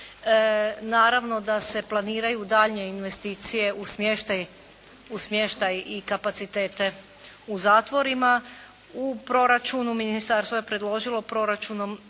naravno da se planiraju daljnje investicije u smještaj i kapacitete u zatvorima. U proračunu ministarstvo je predložilo proračunom